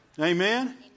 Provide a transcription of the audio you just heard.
Amen